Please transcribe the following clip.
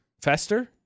Fester